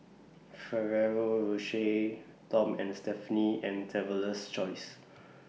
Ferrero Rocher Tom and Stephanie and Traveler's Choice